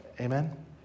Amen